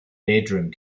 bedroom